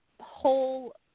whole